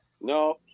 No